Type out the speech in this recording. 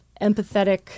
empathetic